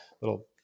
little